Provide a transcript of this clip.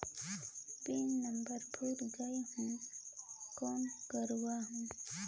Pin number भुला गयें हो कौन करव?